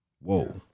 Whoa